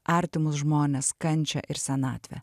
artimus žmones kančią ir senatvę